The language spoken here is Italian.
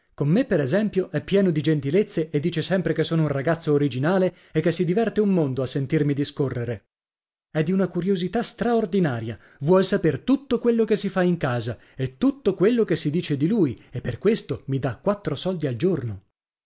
con me per esempio è pieno di gentilezze e dice sempre che sono un ragazzo originale e che si diverte un mondo a sentirmi discorrere è di una curiosità straordinaria vuol saper tutto quello che si fa in casa e tutto quello che si dice di lui e per questo mi dà quattro soldi al giorno